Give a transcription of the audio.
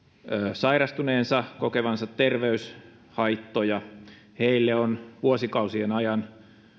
sairastuneensa kokevansa terveyshaittoja heille on vuosikausien ajan